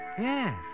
Yes